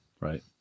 Right